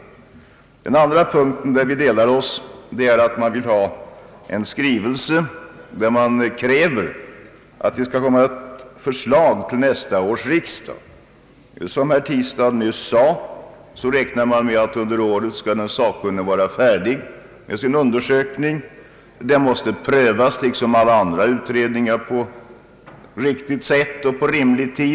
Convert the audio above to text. I det andra fallet vill man i skrivelse till Kungl. Maj:t begära ett förslag i frågan till nästa års riksdag. Som herr Tistad nyss sade räknar man med att den sakkunnige under detta år skall bli färdig med sin undersökning. Den måste liksom alla andra utredningar prövas på ett riktigt sätt och under rimlig tid.